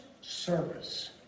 service